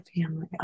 family